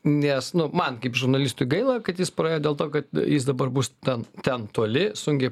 nes nu man kaip žurnalistui gaila kad jis praėjo dėl to kad jis dabar bus ten ten toli sunkiai